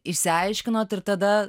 išsiaiškinot ir tada